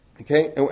Okay